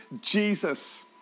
Jesus